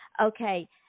Okay